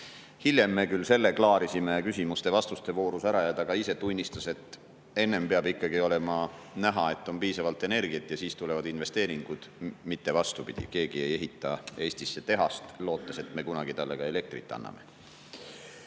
Hiljem me küll selle klaarisime küsimuste-vastuste voorus ära ja ta ise tunnistas samuti, et enne peab ikkagi olema näha, et on piisavalt energiat, ja siis tulevad investeeringud, mitte vastupidi. Keegi ei ehita Eestisse tehast, lootes, et me kunagi sellele ka elektrit anname.